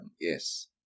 Yes